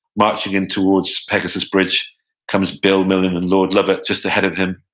marching in towards pegasus bridge comes bill millin, and lord lovat just ahead of him,